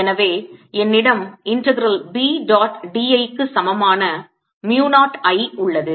எனவே என்னிடம் integral B dot dl க்கு சமமான mu 0 I உள்ளது